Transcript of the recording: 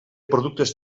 productes